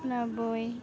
ᱚᱱᱟ ᱵᱳᱭ